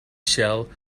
shell